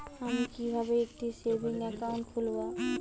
আমি কিভাবে একটি সেভিংস অ্যাকাউন্ট খুলব?